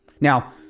now